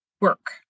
work